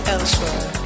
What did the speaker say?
Elsewhere